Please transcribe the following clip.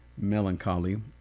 melancholy